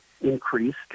increased